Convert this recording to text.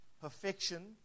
perfection